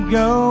go